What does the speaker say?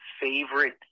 favorite